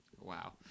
Wow